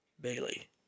Bailey